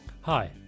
Hi